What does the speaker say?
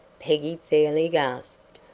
peggy fairly gasped.